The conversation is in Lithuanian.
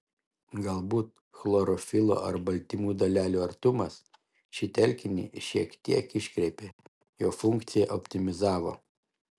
galbūt chlorofilo ar baltymų dalelių artumas šį telkinį šiek tiek iškreipė jo funkciją optimizavo